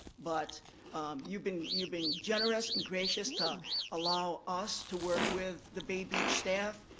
but you've been you've been generous and gracious to allow us to work with the bay beach staff,